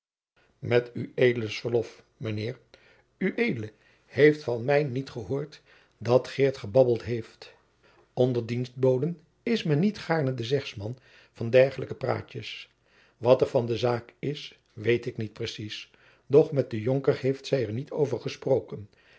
met ueds verlof mijnheer ued heeft van mij niet gehoord dat geert gebabbeld heeft onder dienstboden is men niet gaarne de zegsman van dergelijke praatjens wat er van de zaak is weet ik niet precies doch met den jonker heeft zij er niet over gesproken